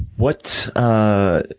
what are